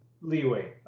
leeway